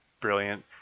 brilliant